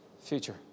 future